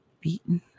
beaten